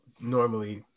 normally